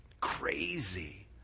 Crazy